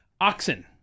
Oxen